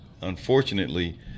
unfortunately